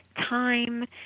time